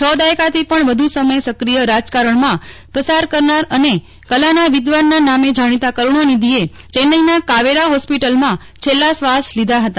છ દાયકાથી પણ વધુ સમય સક્રિય રાજકારણમાં પસાર કરનાર અને કલાના વિદ્વાનના અનમે જાણીતા કરુણાનિધિએ ચેન્નાઈના કાવેરી હોસ્પીટલમાં છેલ્લા શ્વાસ લીધા હતા